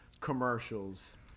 commercials